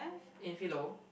in philo